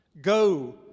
Go